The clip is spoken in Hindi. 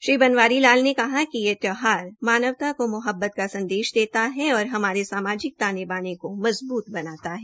डॉ बनवारी लाल ने कहा कि यह त्यौहार मानवता को महोब्बत का संदेश देता है और हमारे समाज ताने बाने को मजबूत बनाता है